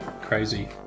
crazy